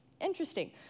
Interesting